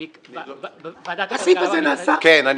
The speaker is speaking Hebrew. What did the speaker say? כן.